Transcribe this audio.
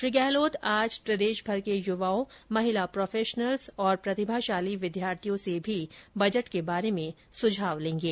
श्री गहलोत आज प्रदेशभर के युवाओं महिला प्रोफेशनल्स और प्रतिभाशाली विद्यार्थियों से भी बजट के बारे में सुझाव लेंगे